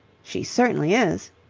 she certainly is.